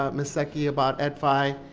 um ms. seki, about ed-fi